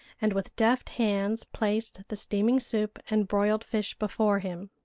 and with deft hands placed the steaming soup and broiled fish before him.